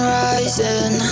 rising